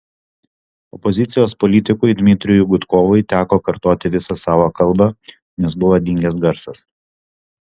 opozicijos politikui dmitrijui gudkovui teko kartoti visą savo kalbą nes buvo dingęs garsas